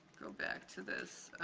go back to this.